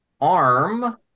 arm